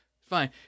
Fine